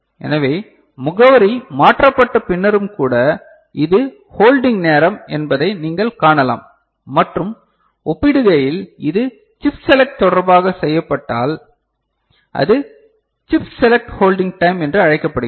எனவே முகவரி மாற்றப்பட்ட பின்னரும் கூட இது ஹோல்டிங் நேரம் என்பதை நீங்கள் காணலாம் மற்றும் ஒப்பிடுகையில் இது சிப் செலக்ட் தொடர்பாக செய்யப்பட்டால் அது சிப் செலக்ட் ஹோல்ட் டைம் என்று அழைக்கப்படுகிறது